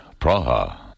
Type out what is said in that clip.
Praha